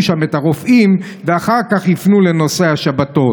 שם את הרופאים ואחר כך ייפנו לנושא השבתות.